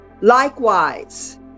Likewise